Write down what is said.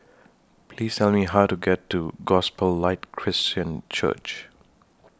Please Tell Me How to get to Gospel Light Christian Church